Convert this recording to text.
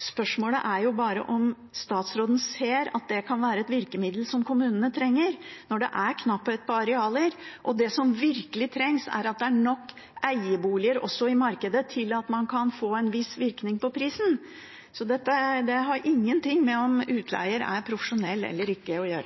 Spørsmålet er bare om statsråden ser at det kan være et virkemiddel som kommunene trenger når det er knapphet på arealer. Det som virkelig trengs, er at det er nok eieboliger også i markedet til at det kan få en viss virkning på prisen. Det har ikke noe å gjøre med om utleier er profesjonell eller ikke.